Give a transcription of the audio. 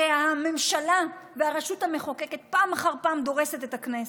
הרי הממשלה והרשות המבצעת פעם אחר פעם דורסת את הכנסת.